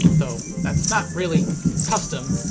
though that's not really custom.